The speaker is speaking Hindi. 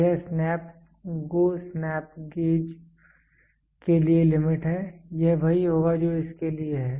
यह स्नैप GO स्नैप गेज के लिए लिमिट है यह वही होगा जो इसके लिए है